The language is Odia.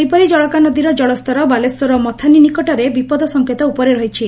ସେହିପରି ଜଳକା ନଦୀର ଜଳସ୍ତର ବାଲେଶ୍ୱରର ମଥାନୀ ନିକଟରେ ବିପଦ ସଙ୍କେତ ଉପରେ ରହିଛି